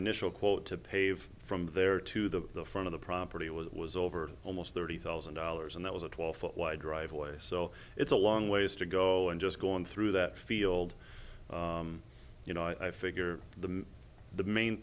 initial quote to pave from there to the front of the property was it was over almost thirty thousand dollars and that was a twelve foot wide driveway so it's a long ways to go and just going through that field you know i figure the